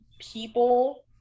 people